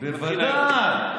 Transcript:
בוודאי.